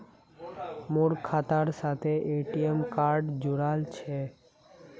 मोर खातार साथे ए.टी.एम कार्ड जुड़ाल छह